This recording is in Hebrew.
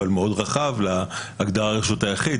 אבל מאוד רחב להגדרה "רשות היחיד".